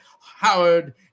Howard